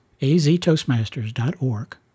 aztoastmasters.org